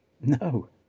No